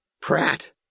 Pratt